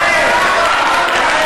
קצת שכל.